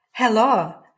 Hello